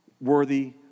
worthy